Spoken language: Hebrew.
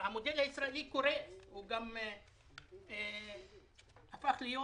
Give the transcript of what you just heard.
המודל הישראלי קורס והוא הפך להיות